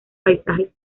paisajes